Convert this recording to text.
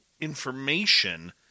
information